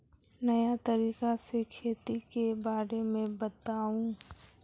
नया तरीका से खेती के बारे में बताऊं?